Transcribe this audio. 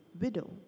widow